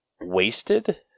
wasted